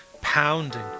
pounding